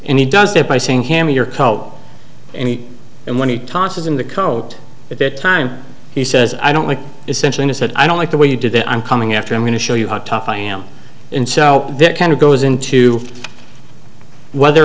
and he does that by saying hammie your co any and when he tosses in the coat at that time he says i don't like essentially said i don't like the way you did it i'm coming after i'm going to show you how tough i am in so that kind of goes into whether or